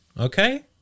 okay